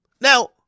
Now